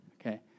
okay